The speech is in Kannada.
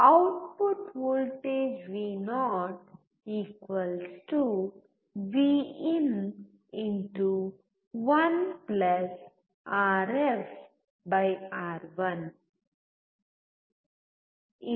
ಔಟ್ಪುಟ್ ವೋಲ್ಟೇಜ್ ವಿ0 V in 1 RF R one Vo Vin1 Rf R1